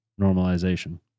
Normalization